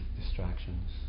distractions